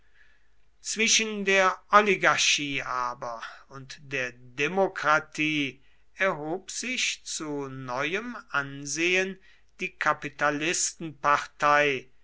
zwischen der oligarchie aber und der demokratie erhob sich zu neuem ansehen die